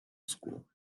school